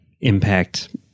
impact